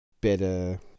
better